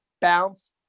bounce